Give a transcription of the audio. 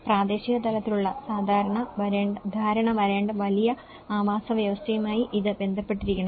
പ്രാദേശിക തലത്തിലുള്ള ധാരണ വരേണ്ട വലിയ ആവാസവ്യവസ്ഥയുമായി ഇത് ബന്ധപ്പെട്ടിരിക്കണം